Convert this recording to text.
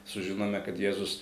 sužinome kad jėzus